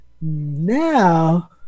now